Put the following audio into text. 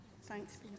Thanks